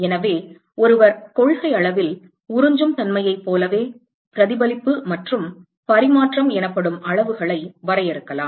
எனவே ஒருவர் கொள்கையளவில் உறிஞ்சும் தன்மையைப் போலவே பிரதிபலிப்பு மற்றும் பரிமாற்றம் எனப்படும் அளவுகளை வரையறுக்கலாம்